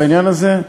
בעניין הזה,